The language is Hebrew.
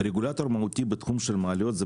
רגולטור מהותי בתחום של המעליות זה